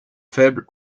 faible